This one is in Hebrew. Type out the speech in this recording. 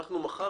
כי מחר,